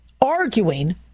arguing